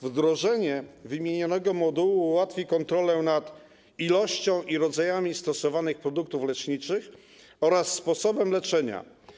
Wdrożenie wymienionego modułu ułatwi kontrolę nad ilością i rodzajami stosowanych produktów leczniczych oraz sposobem leczenia.